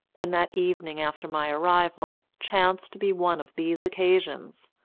and that evening after my arrival chanced to be one of these occasions,